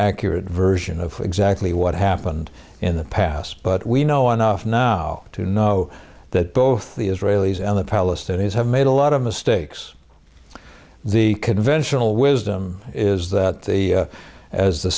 accurate version of exactly what happened in the past but we know enough now to know that both the israelis and the palestinians have made a lot of mistakes the conventional wisdom is that the as the